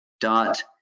dot